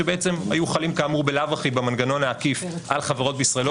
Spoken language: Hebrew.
שבעצם היו חלים כאמור בלאו הכי במנגנון העקיף על חברות בישראל,